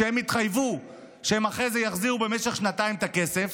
כשהם התחייבו שהם אחרי זה יחזירו במשך שנתיים את הכסף.